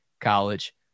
college